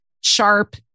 sharp